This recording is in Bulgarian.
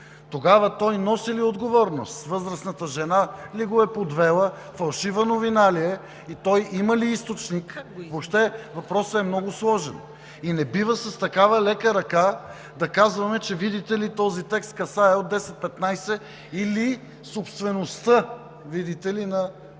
Тогава той носи ли отговорност? Възрастната жена ли го е подвела, фалшива новина ли е и той има ли източник? Въобще въпросът е много сложен и не бива с такава лека ръка да казваме, че този текст касаел 10 – 15 сайта или собствеността, видите ли, на